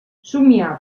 somiar